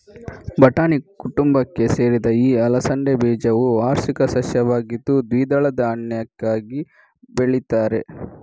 ಬಟಾಣಿ ಕುಟುಂಬಕ್ಕೆ ಸೇರಿದ ಈ ಅಲಸಂಡೆ ಬೀಜವು ವಾರ್ಷಿಕ ಸಸ್ಯವಾಗಿದ್ದು ದ್ವಿದಳ ಧಾನ್ಯಕ್ಕಾಗಿ ಬೆಳೀತಾರೆ